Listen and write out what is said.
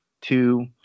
two